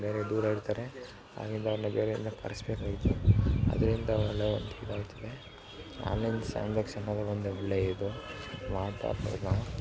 ಬೇರೆ ದೂರ ಇರ್ತಾರೆ ಅಲ್ಲಿಂದ ಅವ್ರನ್ನ ಬೇರೆ ಎಲ್ಲ ಕರೆಸ್ಬೇಕಾಗಿತ್ತು ಅದರಿಂದ ಅಲ್ಲಿ ಇದಾಯ್ತದೆ ಆನ್ಲೈನ್ ಟ್ರಾನ್ಸಾಕ್ಷನ್ ಒಳ್ಳೆಯ ಇದು ನಾವು